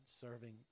serving